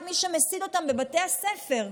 ואת מי שמסית אותם בבתי הספר.